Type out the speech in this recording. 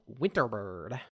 Winterbird